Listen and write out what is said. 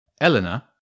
Eleanor